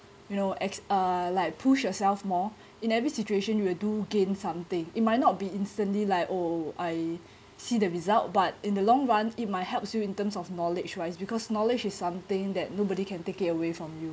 you know as like push yourself more in every situation you will do gain something it might not be instantly like oh I see the result but in the long run it might helps you in terms of knowledge wise because knowledge is something that nobody can take it away from you